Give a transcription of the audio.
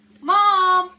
Mom